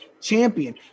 champion